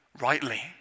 rightly